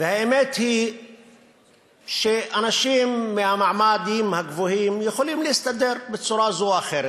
והאמת היא שאנשים מהמעמדות הגבוהים יכולים להסתדר בצורה זו או אחרת.